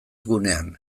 gunean